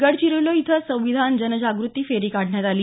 गडचिरोली इथं संविधान जनजागृती फेरी काढण्यात आली